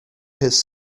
his